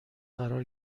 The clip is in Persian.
قرار